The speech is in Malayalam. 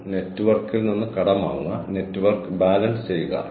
അത് ആത്യന്തികമായി സംഘടനാ ഫലങ്ങളിലേക്ക് ഫീഡ് ചെയ്യുന്നു